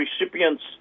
recipient's